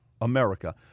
America